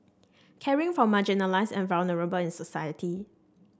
caring for marginalised and vulnerable in society